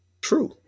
True